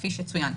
כפי שצויין.